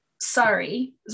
sorry